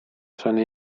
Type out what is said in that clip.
sono